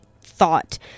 thought